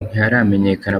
ntiharamenyekana